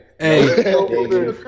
Hey